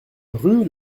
rue